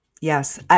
Yes